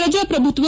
ಪ್ರಜಾಪ್ರಭುತ್ವ